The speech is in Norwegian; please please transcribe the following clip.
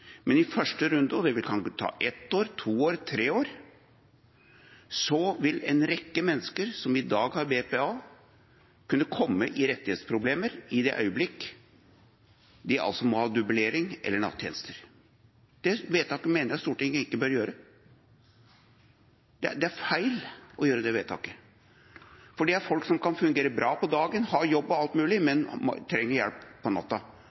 Men i første runde – og det kan ta ett år, to år, tre år – vil en rekke mennesker som i dag har BPA, kunne komme i rettighetsproblemer i det øyeblikk de må ha dublering eller nattjenester. Det vedtaket mener jeg Stortinget ikke bør gjøre. Det er feil å gjøre det vedtaket, fordi folk som kan fungere bra på dagen, ha jobb og alt mulig, men trenger hjelp om natta,